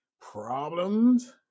problems